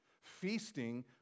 Feasting